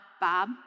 Bob